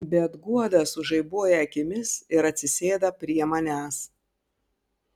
bet guoda sužaibuoja akimis ir atsisėda prie manęs